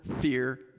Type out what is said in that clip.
fear